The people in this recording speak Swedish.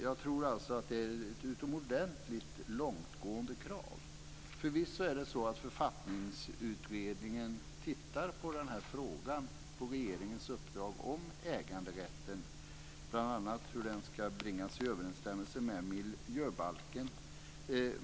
Det är ett utomordentligt långtgående krav. Förvisso tittar Författningsutredningen på frågan om äganderätten på regeringens uppdrag. Det gäller bl.a. hur den ska bringas i överensstämmelse med miljöbalken.